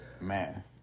Man